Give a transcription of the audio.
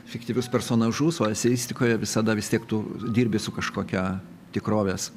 fiktyvius personažus o eseistikoje visada vis tiek tu dirbi su kažkokia tikrovės